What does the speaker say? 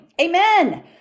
amen